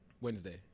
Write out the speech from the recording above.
Wednesday